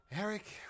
Eric